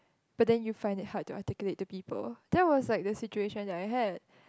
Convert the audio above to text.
but you find it hard to articulate to people that was like the situation that I had